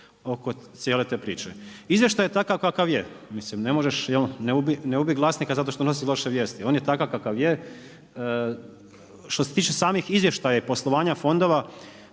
oko cijele te priče. Izvještaj je takav kakav je. Mislim ne možeš, ne ubi glasnika zato što nosi loše vijesti. On je takav kakav je. Što se tiče samih izvještaja i poslovanja fondova,